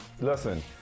Listen